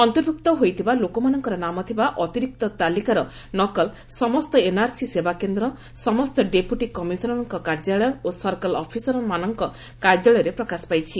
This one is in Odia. ଅନ୍ତର୍ଭୁକ୍ତ ହୋଇଥିବା ଲୋକମାନଙ୍କର ନାମ ଥିବା ଅତିରିକ୍ତ ତାଲିକାର ନକଲ ସମସ୍ତ ଏନ୍ଆର୍ସି ସେବାକେନ୍ଦ୍ର ସମସ୍ତ ଡେପୁଟୀ କମିଶନରଙ୍କ କାର୍ଯ୍ୟାଳୟ ଓ ସର୍କଲ ଅଫିସରମାନଙ୍କ କାର୍ଯ୍ୟାଳୟରେ ପ୍ରକାଶ ପାଇଛି